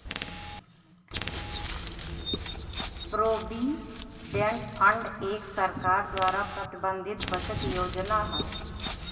provident fund एक सरकार द्वारा प्रबंधित बचत योजना हौ